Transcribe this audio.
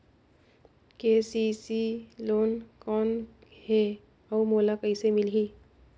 KCC loan कौन हे अउ मोला कइसे मिलही?